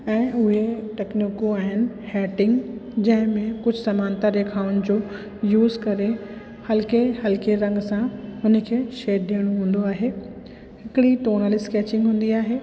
ऐं उहे तकनीकूं आहिनि हेडिंग जंहिंमें कुझु समांतर रेखाउनि जो यूज़ करे हल्के हल्के रंग सां हुन खे शेड ॾियणो हूंदो आहे हिकिड़ी टोनल स्केचिंग हूंदी आहे